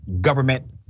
government